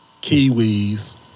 kiwis